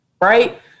right